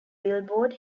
billboard